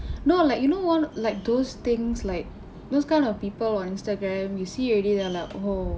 no like you know one like those things like those kind of people on Instagram you see already then you're like oh